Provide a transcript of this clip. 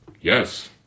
Yes